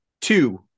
two